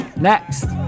Next